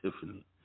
Tiffany